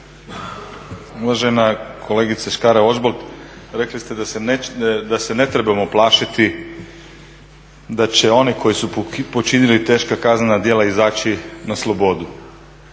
Uvažena kolegice Škare-Ožbolt, rekli ste da se ne trebamo plašiti da će oni koji su počinili teška kaznena djela izaći na slobodu.